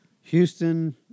Houston